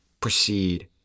proceed